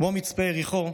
כמו מצפה יריחו,